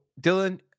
Dylan